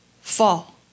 fall